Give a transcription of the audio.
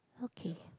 okay